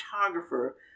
photographer